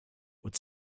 with